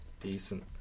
Decent